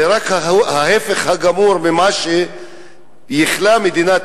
זה רק ההיפך הגמור ממה שייחלה מדינת